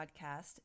podcast